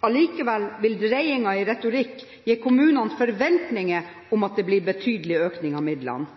Allikevel vil dreiningen i retorikk gi kommunene forventninger om at det blir betydelig økning av midlene.